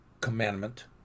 commandment